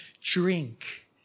drink